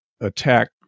attack